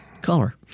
color